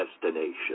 destination